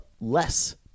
less